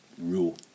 rule